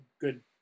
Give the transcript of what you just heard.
good